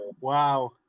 Wow